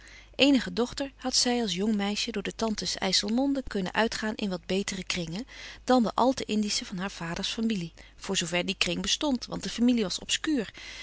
eenige dochter had zij als jong meisje door de tantes ijsselmonde kunnen uitgaan in wat betere kringen dan de al te indische van haar vaders familie voor zoo ver die kring bestond want de familie was obscuur